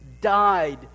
died